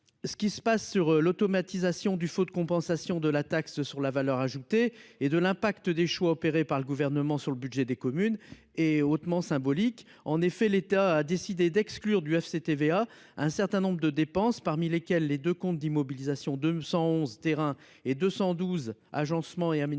Ce qui se passe sur l'automatisation du faux de compensation de la taxe sur la valeur ajoutée et de l'impact des choix opérés par le gouvernement sur le budget des communes et hautement symbolique. En effet, l'État a décidé d'exclure du FCTVA un certain nombre de dépenses, parmi lesquels les 2 comptes d'immobilisation de m'111 terrains et 212 agencement et aménagement